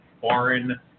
foreign